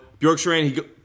Bjorkstrand